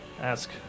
ask